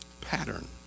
pattern